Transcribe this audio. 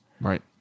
right